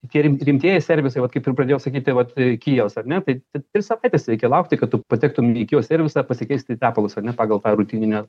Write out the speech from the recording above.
tie rim rimtieji servisai vat kaip ir pradėjau sakyti tai vat kijevas ar ne tai tris savaites reikia laukti kad tu patektum į kijevo servisą pasikeisti tepalus ar ne pagal tą rutininę